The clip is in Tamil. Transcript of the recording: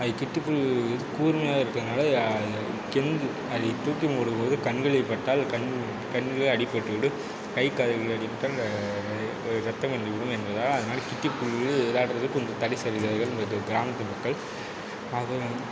அது கிட்டிபுள் இது கூர்மையாக இருக்கறதுனால அது முக்கியமானது அதை தூக்கி போடும்போது கண்களில் பட்டால் கண் கண்களில் அடிபட்டுவிடும் கை கால்களில் அடிபட்டால் அது ரத்தம் வந்துவிடும் என்பதனால் அதனால் கிட்டிபுள்ளில் விளையாடுறது கொஞ்சம் தடை செய்திருக்கிறார்கள் எங்களது கிராமத்து மக்கள் ஆகையினால்